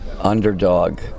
underdog